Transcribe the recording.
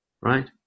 right